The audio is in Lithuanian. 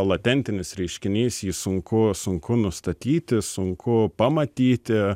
latentinis reiškinys jį sunku sunku nustatyti sunku pamatyti